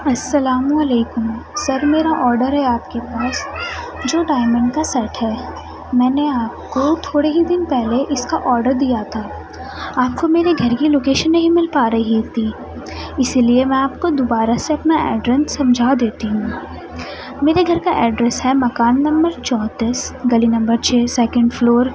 السلام علیکم سر میرا آڈر ہے آپ کے پاس جو ڈائمنڈ کا سیٹ ہے میں نے آپ کو تھوڑے ہی دن پہلے اس کا آڈر دیا تھا آپ کو میرے گھر کی لوکیشن نہیں مل پا رہی تھی اسی لیے میں آپ کو دوبارہ سے اپنا ایڈرس سمجھا دیتی ہوں میرے گھر کا ایڈریس ہے مکان نمبر چونتیس گلی نمبر چھ سیکنڈ فلور